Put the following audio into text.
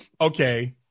okay